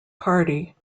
party